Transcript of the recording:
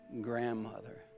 grandmother